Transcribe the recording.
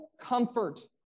comfort